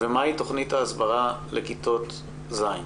ומהי תכנית ההסברה לכיתות ז'.